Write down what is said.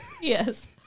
yes